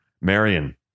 Marion